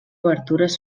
obertures